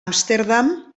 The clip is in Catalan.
amsterdam